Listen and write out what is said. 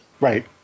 right